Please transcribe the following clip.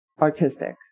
artistic